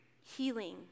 healing